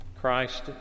Christ